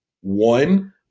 one